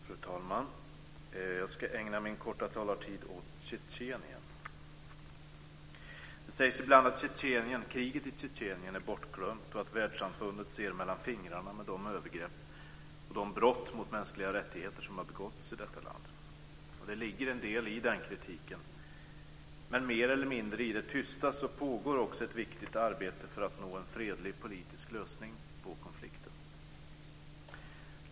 Fru talman! Jag ska ägna min korta talartid åt Tjetjenien. Det sägs ibland att kriget i Tjetjenien är bortglömt och att världssamfundet ser mellan fingrarna med de övergrepp och de brott mot de mänskliga rättigheterna som har begåtts i detta land. Det ligger en del i den kritiken, men mer eller mindre i det tysta pågår också ett viktigt arbete för att nå en fredlig politisk lösning på konflikten.